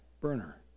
burner